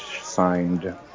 signed